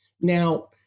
Now